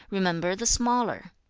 remember the smaller.